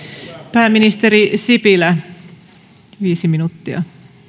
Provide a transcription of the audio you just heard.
pääministeri sipilä viisi minuuttia